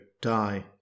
die